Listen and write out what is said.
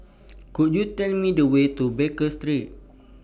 Could YOU Tell Me The Way to Baker Street